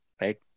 Right